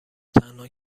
تنها